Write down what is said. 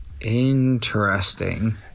Interesting